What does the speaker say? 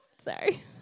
Sorry